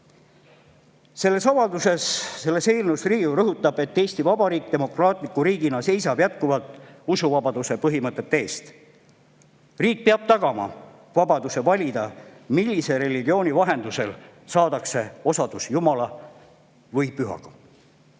avalduse eelnõus rõhutab Riigikogu, et Eesti Vabariik demokraatliku riigina seisab jätkuvalt usuvabaduse põhimõtete eest. Riik peab tagama vabaduse valida, millise religiooni vahendusel saadakse osadus jumala või